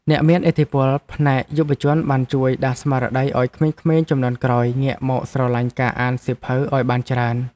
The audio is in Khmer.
អ្នកមានឥទ្ធិពលផ្នែកយុវជនបានជួយដាស់ស្មារតីឱ្យក្មេងៗជំនាន់ក្រោយងាកមកស្រឡាញ់ការអានសៀវភៅឱ្យបានច្រើន។